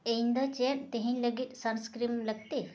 ᱤᱧ ᱫᱚ ᱪᱮᱫ ᱛᱮᱦᱮᱧ ᱞᱟᱹᱜᱤᱫ ᱥᱟᱱᱥᱠᱨᱤᱢ ᱞᱟᱹᱠᱛᱤ